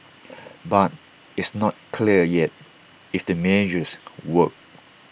but it's not clear yet if the measures work